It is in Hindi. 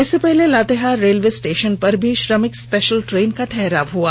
इससे पहले लातेहार रेलवे स्टेषन पर भी श्रमिक स्पेषल ट्रेन का ठहराव हुआ